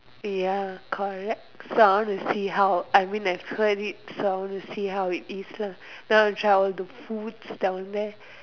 ya correct so I want to see how I mean I have heard it so I want to see how it is lah but I want to try all the foods down there